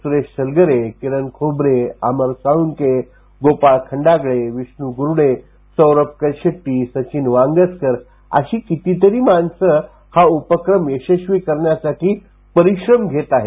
सुरेश सलगरेकिरण खोबरेअमर साळुंकेगोपाळ खंडागळेविष्णू गुरुडेसौरभ कलशेट्टी सचिन वांगस्कर अशी कितीतरी माणसं हा उपक्रम यशस्वी करण्यासाठी परिश्रम घेत आहेत